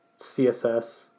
CSS